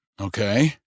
okay